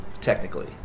technically